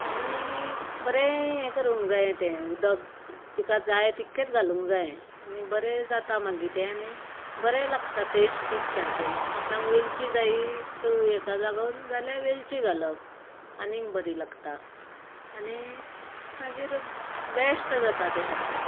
आनी बरें हें करूंक जाये तें उदक तिका जाय तितकेंच घालूंक जाय आनी बरें जाता मागीर तें आनी बरें लागता टेस्टी सारकें आपणाक वेलची जायी हाका लागून जाल्यार वेलची घालप आनीक बरी लागता आनी मागीर बेस्ट जाता तें सारकें